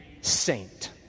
saint